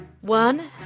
One